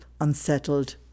unsettled